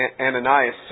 Ananias